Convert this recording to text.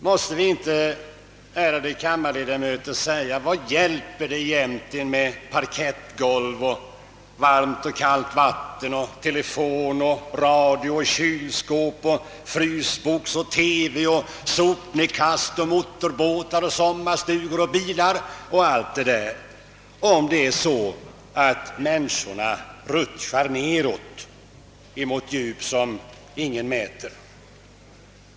Måste vi inte, ärade kammarledamöter, fråga: Vad hjälper det egentligen med parkettgolv, varmt och kallt vatten, telefon, radio, kylskåp, frysbox, TV, sopnedkast, motorbåtar, sommarstugor, bilar och allt detta, om människorna rutschar nedåt mot djup som ingen mäter?